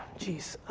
jeez,